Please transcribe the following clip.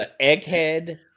Egghead